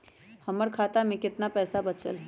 हमर खाता में केतना पैसा बचल हई?